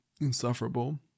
insufferable